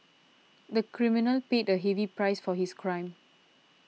the criminal paid a heavy price for his crime